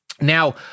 Now